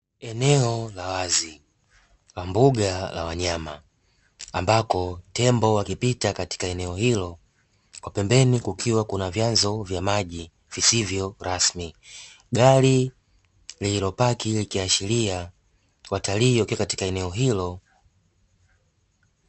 Eneo la wazi la mbuga za wanyama, ambapo tembo wakipita katika eneo hilo. Kwa pembeni kukiwa na vyanzo vya maji visivyo rasmi. Gari lililopaki linaashiria watalii wakiwa katika eneo hilo.